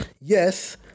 yes